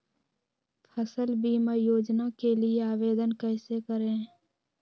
फसल बीमा योजना के लिए आवेदन कैसे करें?